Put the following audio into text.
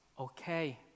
okay